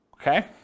Okay